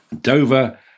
Dover